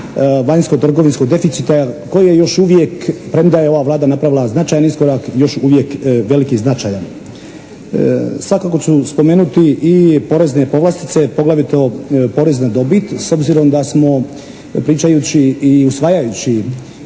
vanjsko-trgovinskog deficita koji je još uvijek, premda je ova Vlada napravila značajan iskorak još uvijek velik i značajan. Svakako ću spomenuti i porezne povlastice poglavito porez na dobit s obzirom da smo pričajući i usvajajući